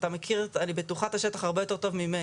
אני בטוחה שאתה מכיר את השטח הרבה יותר טוב ממני.